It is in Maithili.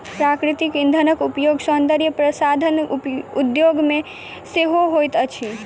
प्राकृतिक इंधनक उपयोग सौंदर्य प्रसाधन उद्योग मे सेहो होइत अछि